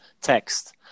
text